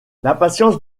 l’impatience